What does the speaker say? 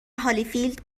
هالیفیلد